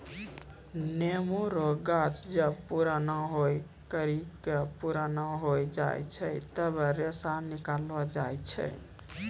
नेमो रो गाछ जब पुराणा होय करि के पुराना हो जाय छै तबै रेशा निकालो जाय छै